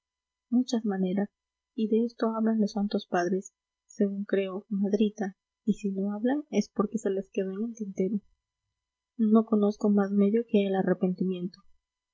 muchas maneras y de esto hablan los santos padres según creo madrita y si no hablan es porque se les quedó en el tintero no conozco más medio que el arrepentimiento